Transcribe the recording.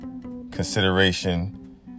consideration